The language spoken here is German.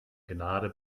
gnade